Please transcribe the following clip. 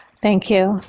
thank you.